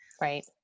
Right